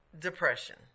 depression